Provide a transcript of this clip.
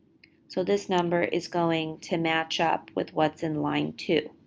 so this number is going to match up with what's in line two.